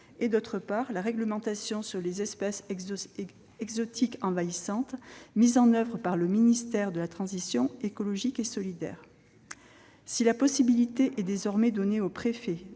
et la réglementation sur les espèces exotiques envahissantes, mise en place par le ministère de la transition écologique et solidaire. Si la possibilité est désormais donnée aux préfets,